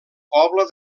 poble